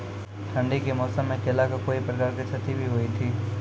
ठंडी के मौसम मे केला का कोई प्रकार के क्षति भी हुई थी?